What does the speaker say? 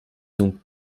donc